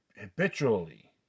Habitually